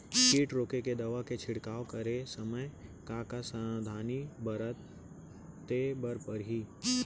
किट रोके के दवा के छिड़काव करे समय, का का सावधानी बरते बर परही?